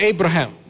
Abraham